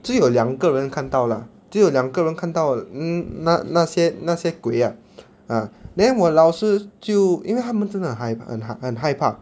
直有两个人看到 lah 直有两个人看到 mm 那那些那些鬼 ah ah then 我老师就因为他们真的很害很害怕